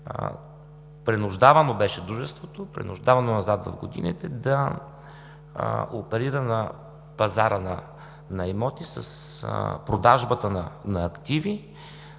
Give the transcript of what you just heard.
Принуждавано беше Дружеството, принуждавано назад в годините да оперира на пазара на имоти с продажбата на активи.